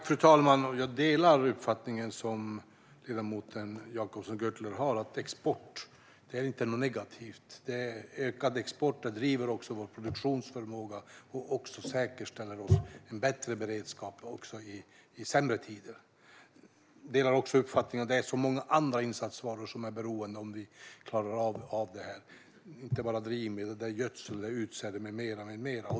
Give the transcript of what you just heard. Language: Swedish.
Fru talman! Jag delar ledamoten Jacobsson Gjörtlers uppfattning att export inte är något negativt. Ökad export driver på vår produktionsförmåga och säkerställer en bättre beredskap i sämre tider. Jag delar också uppfattningen att vi är beroende av många andra insatsvaror för att klara av detta. Det handlar inte bara om drivmedel utan även om gödsel, utsäde med mera.